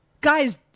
guys